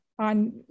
on